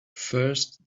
first